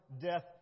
death